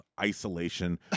Isolation